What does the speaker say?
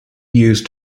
used